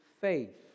faith